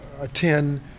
attend